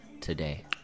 today